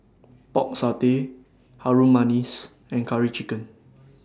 Pork Satay Harum Manis and Curry Chicken